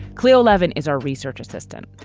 cleo levin is our research assistant.